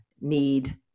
need